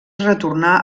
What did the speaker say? retornà